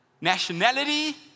nationality